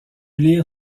lire